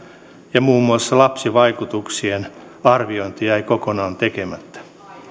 ja muun muassa lapsivaikutuksien arviointi jäi kokonaan tekemättä